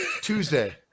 Tuesday